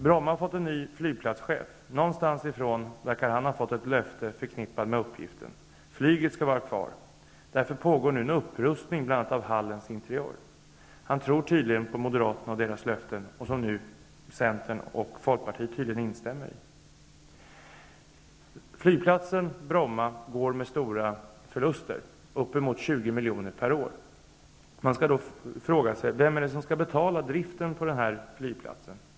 Bromma har fått en ny flygplatschef. Någonstans ifrån verkar han ha fått ett löfte förknippat med uppgiften. Flyget skall vara kvar. Därför pågår det nu en upprustning av bl.a. Hallens interiör. Den nye chefen tror på Moderaterna och deras löften, som nu också Centern och Folkpartiet tydligen står bakom. Bromma flygplats går med stora förluster, uppemot 20 milj.kr. per år. Man kan då fråga sig vem det är som skall betala driften för flygplatsen.